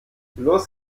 los